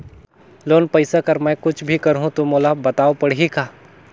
Loan पइसा कर मै कुछ भी करहु तो मोला बताव पड़ही का?